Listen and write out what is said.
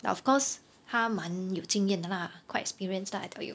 ya of course 他蛮有经验的 lah quite experienced lah I tell you